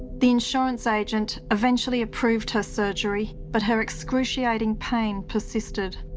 the insurance agent eventually approved her surgery, but her excruciating pain persisted.